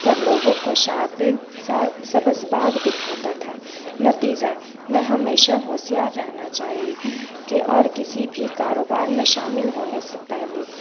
لوگوں کو سبز باغ دکھاتا تھا نتیجہ میں ہمیشہ ہوشیار رہنا چاہیے کہ اور کسی بھی کاروبار میں شامل ہونے سے پہلے